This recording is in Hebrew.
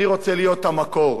אני רוצה להיות המקור.